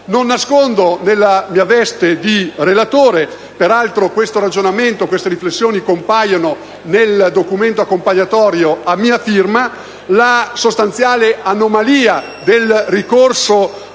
Non nascondo, nella mia veste di relatore (peraltro queste riflessioni compaiono nel documento accompagnatorio a mia firma), la sostanziale anomalia del ricorso